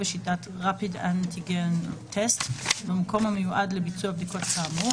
בשיטת rapid antigen test במקום המיועד לביצוע בדיקות כאמור,